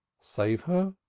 save her?